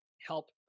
help